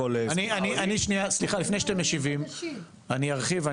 סליחה לפני שאתם משיבים, אני ארחיב.